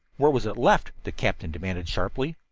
where was it left? the captain demanded sharply.